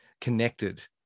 connected